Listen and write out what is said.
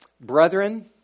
Brethren